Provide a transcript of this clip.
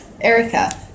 Erica